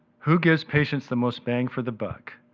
who gives patients the most bang for the buck,